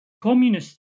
communist